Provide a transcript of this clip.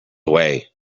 way